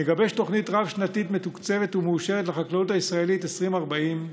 נגבש תוכנית רב-שנתית מתוקצבת ומאושרת לחקלאות הישראלית 2040,